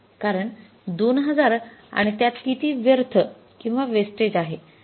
कारण २००० आणि त्यात किती व्यर्थ किंवा वेस्टेज आहे